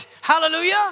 hallelujah